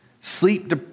Sleep